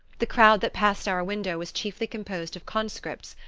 the crowd that passed our window was chiefly composed of conscripts,